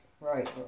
Right